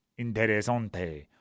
Interesante